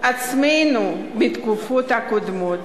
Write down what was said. עצמנו בתקופות הקודמות.